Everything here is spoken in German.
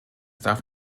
darf